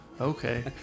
okay